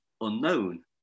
unknown